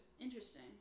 Interesting